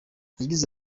yagize